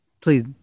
please